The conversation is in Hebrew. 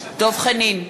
דב חנין,